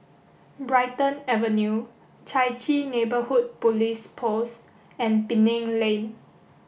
Brighton Avenue Chai Chee Neighbourhood Police Post and Penang Lane